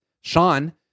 sean